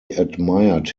admired